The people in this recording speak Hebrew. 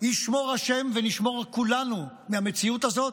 ישמור השם ונשמור כולנו מהמציאות הזאת,